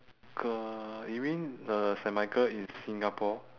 ~chael you mean the saint michael in singapore